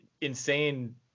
insane